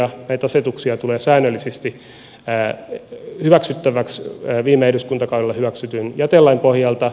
näitä asetuksia tulee säännöllisesti hyväksyttäväksi viime eduskuntakaudella hyväksytyn jätelain pohjalta